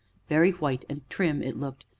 very white and trim it looked,